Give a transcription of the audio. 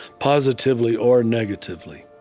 positively or negatively.